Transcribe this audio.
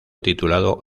titulado